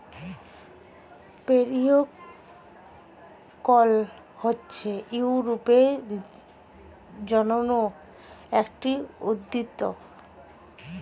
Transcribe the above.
periwinkle হচ্ছে ইউরোপে জন্মানো একটি উদ্ভিদ